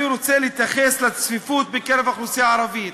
אני רוצה להתייחס לצפיפות בקרב האוכלוסייה הערבית.